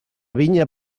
vinya